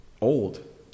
old